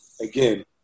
again